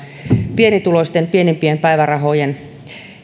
pienituloisten pienimpien päivärahojen